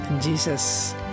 Jesus